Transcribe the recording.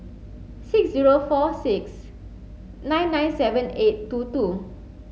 six zero four six nine nine seven eight two two